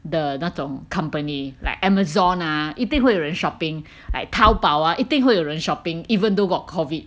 的那种 company like Amazon ah 一定会有人 shopping like Taobao ah 一定会有人 shopping even though got COVID